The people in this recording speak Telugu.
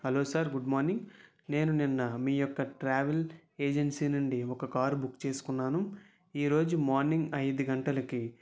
హలో సార్ గుడ్ మార్నింగ్ నేను నిన్న మీ యొక్క ట్రావెల్ ఏజెన్సీ నుండి ఒక కార్ బుక్ చేసుకున్నాను ఈ రోజు మార్నింగ్ ఐదు గంటలకి